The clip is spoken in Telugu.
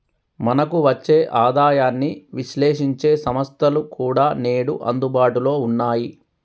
మనకు వచ్చే ఆదాయాన్ని విశ్లేశించే సంస్థలు కూడా నేడు అందుబాటులో ఉన్నాయి